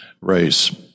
race